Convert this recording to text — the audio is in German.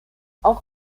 auch